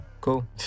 cool